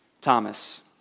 Thomas